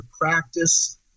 practice